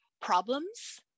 problems